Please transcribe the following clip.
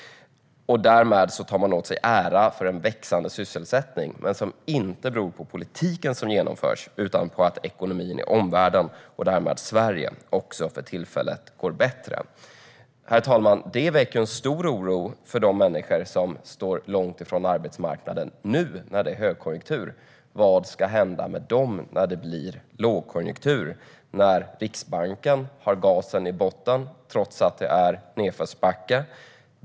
Därmed tar man åt sig äran för att sysselsättningen växer, men detta beror inte på den politik som genomförs utan på att ekonomin i omvärlden och därmed Sverige går bättre för tillfället. Herr talman! Det finns en stor oro hos de människor som står långt ifrån arbetsmarknaden nu när det är högkonjunktur. Vad ska hända med dem när det blir lågkonjunktur och Riksbanken har gasen i botten trots att det är nedförsbacke?